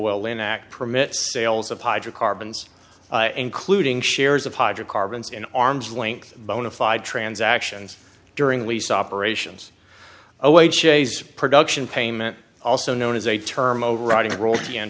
ill enact permits sales of hydrocarbons including shares of hydrocarbons in arm's length bona fide transactions during lease operations await shay's production payment also known as a term overriding role